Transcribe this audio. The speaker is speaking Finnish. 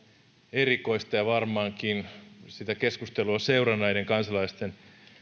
erikoista ja varmaankin sitä keskustelua seuranneiden kansalaisten